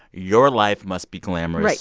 your life must be glamorous. right.